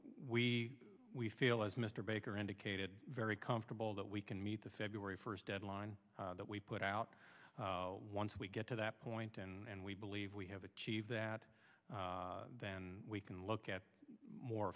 we we feel as mr baker indicated very comfortable that we can meet the february first deadline that we put out once we get to that point and we believe we have achieved that then we can look at more